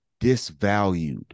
disvalued